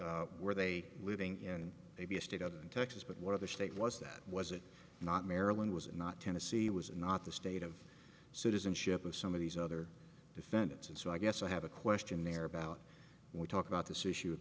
were they living in maybe a state of texas but one of the state laws that was it not maryland was not tennessee was not the state of citizenship of some of these other defendants and so i guess i have a question there about when we talk about this issue of